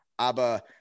aber